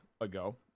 ago